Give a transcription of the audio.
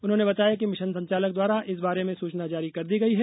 उन्होंने बताया कि मिशन संचालक द्वारा इस बारे में सूचना जारी कर दी गई है